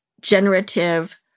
generative